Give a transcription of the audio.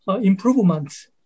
improvements